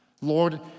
Lord